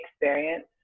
experience